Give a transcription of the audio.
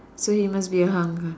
so he must be a hunk ah